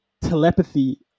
telepathy